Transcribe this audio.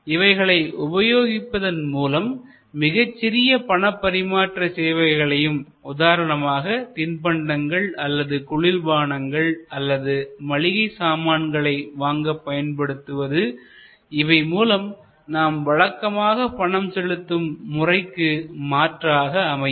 இவைகளை உபயோகிப்பதன் மூலம் மிகச்சிறிய பணபரிமாற்ற சேவைகளையும் உதாரணமாக தின்பண்டங்கள் அல்லது குளிர்பானங்கள் அல்லது மளிகை சாமான்களை வாங்க பயன்படுத்துவது இவை மூலம் நாம் வழக்கமாக பணம் செலுத்தும் முறைக்கு மாற்றாக அமையும்